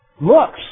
Looks